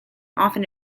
often